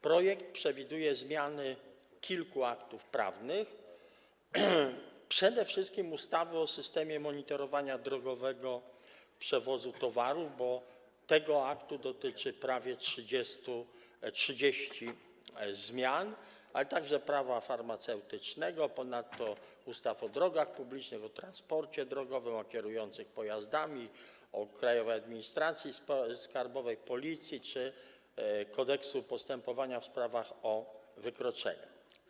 Projekt przewiduje zmiany kilku aktów prawnych, przede wszystkim ustawy o systemie monitorowania drogowego przewozu towarów, bo tego aktu dotyczy prawie 30 zmian, ale także Prawa farmaceutycznego, a ponadto ustaw o drogach publicznych, o transporcie drogowym, o kierujących pojazdami, o Krajowej Administracji Skarbowej, o Policji czy Kodeksu postępowania w sprawach o wykroczenia.